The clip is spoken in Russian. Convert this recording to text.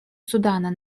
суда